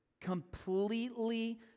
completely